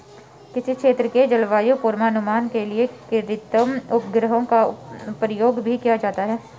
किसी क्षेत्र के जलवायु पूर्वानुमान के लिए कृत्रिम उपग्रहों का प्रयोग भी किया जाता है